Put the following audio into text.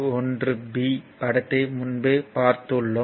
1 b படத்தை முன்பே பார்த்துள்ளளோம்